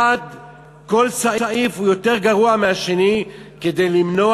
כל סעיף הוא יותר גרוע מהשני כדי למנוע